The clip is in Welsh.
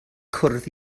cwrdd